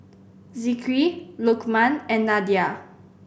Zikri Lukman and Nadia